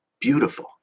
beautiful